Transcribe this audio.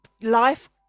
life